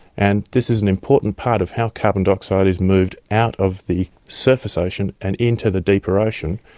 and this is an important part of how carbon dioxide is moved out of the surface ocean and into the deeper ocean,